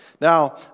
Now